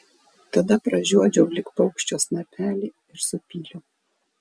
tada pražiodžiau lyg paukščio snapelį ir supyliau